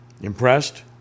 impressed